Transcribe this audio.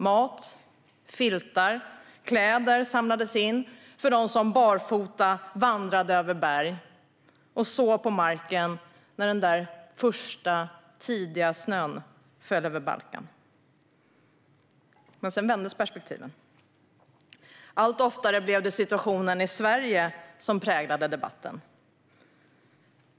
Mat, filtar och kläder samlades in för dem som barfota vandrade över berg och sov på marken när den där första tidiga snön föll över Balkan. Sedan vändes perspektivet. Allt oftare blev det situationen i Sverige som präglade debatten.